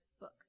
book